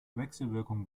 wechselwirkung